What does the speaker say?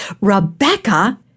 Rebecca